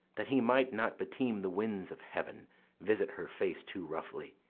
that he might not beteem the winds of heaven visit her face too roughly.